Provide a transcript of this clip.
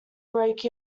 break